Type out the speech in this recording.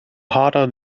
harder